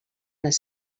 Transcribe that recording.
les